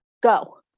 go